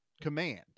command